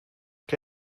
què